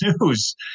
news